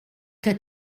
que